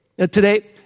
Today